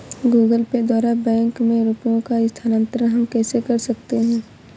Google Pay द्वारा bank में रुपयों का स्थानांतरण हम कैसे कर सकते हैं?